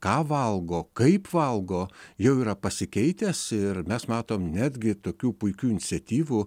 ką valgo kaip valgo jau yra pasikeitęs ir mes matom netgi tokių puikių iniciatyvų